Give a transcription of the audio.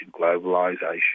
globalisation